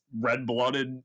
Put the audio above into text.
red-blooded